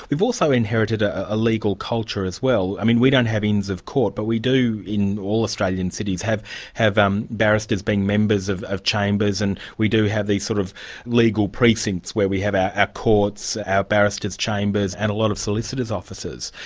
we've also inherited a a legal culture as well. i mean we don't have inns of court but we do in all australian cities have have um barristers being members of of chambers and we do have these sort of legal precincts, where we have our ah courts, our barristers chambers and a lot of solicitors' offices.